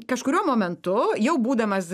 kažkuriuo momentu jau būdamas